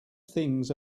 things